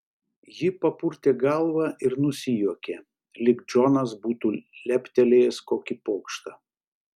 ji papurtė galvą ir nusijuokė lyg džonas būtų leptelėjęs kokį pokštą